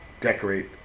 decorate